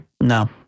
no